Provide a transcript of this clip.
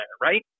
right